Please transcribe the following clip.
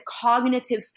cognitive